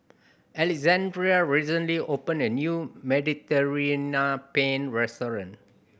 Alexandrea recently opened a new Mediterranean Penne restaurant